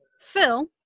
Phil